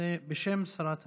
בשם שרת הפנים.